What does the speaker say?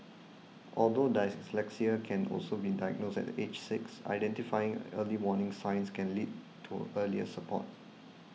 although dyslexia can only be diagnosed at age six identifying early warning signs can lead to earlier support